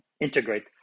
integrate